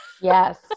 Yes